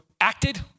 acted